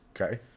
Okay